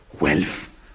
Wealth